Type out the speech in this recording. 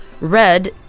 red